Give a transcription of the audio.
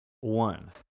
one